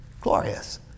glorious